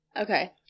Okay